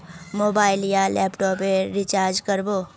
Mobile या laptop पेर recharge कर बो?